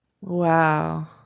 Wow